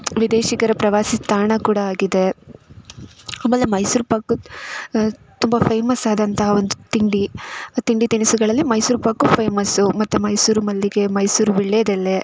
ವಿದೇಶಿಗರ ಪ್ರವಾಸಿ ತಾಣ ಕೂಡ ಆಗಿದೆ ಆಮೇಲೆ ಮೈಸೂರು ಪಾಕು ತುಂಬ ಫೇಮಸ್ ಆದಂತಹ ಒಂದು ತಿಂಡಿ ತಿಂಡಿ ತಿನಿಸುಗಳಲ್ಲಿ ಮೈಸೂರು ಪಾಕು ಫೇಮಸ್ಸು ಮತ್ತು ಮೈಸೂರು ಮಲ್ಲಿಗೆ ಮೈಸೂರು ವೀಳ್ಯದೆಲೆ